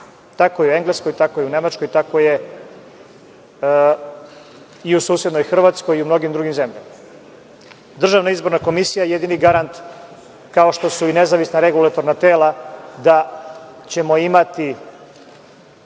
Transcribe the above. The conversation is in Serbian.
Tako je u Engleskoj, tako i u Nemačkoj, tako je i u susednoj Hrvatskoj i mnogim drugim zemljama. Državna izborna komisija je jedini garant kao što su i nezavisna regulatorna tela da ćemo imati